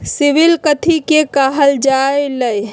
CIBIL कथि के काहल जा लई?